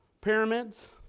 pyramids